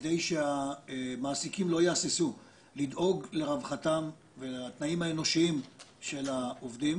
כדי שהמעסיקים לא יהססו לדאוג לרווחתם ולתנאים האנושיים של העובדים,